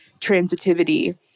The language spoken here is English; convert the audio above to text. transitivity